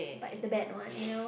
but it's the bad one you know